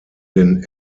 den